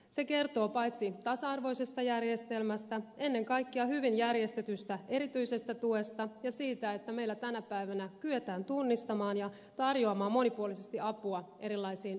se kertoo paitsi tasa arvoisesta järjestelmästä ennen kaikkea hyvin järjestetystä erityisestä tuesta ja siitä että meillä tänä päivänä kyetään tunnistamaan ja tarjoamaan monipuolisesti apua erilaisiin oppimisen vaikeuksiin